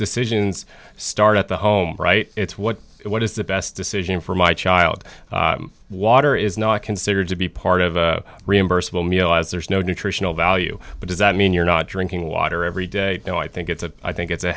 decisions start at the home right it's what what is the best decision for my child water is not considered to be part of a reimbursable meal as there is no nutritional value but does that mean you're not drinking water every day no i think it's a i think it's a